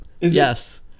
Yes